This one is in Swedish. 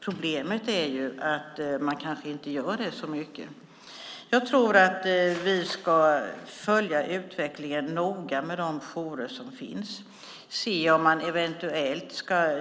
Problemet är att kommunerna kanske inte gör det så ofta. Jag tror att vi ska följa utvecklingen noga i de jourer som finns och se om man eventuellt ska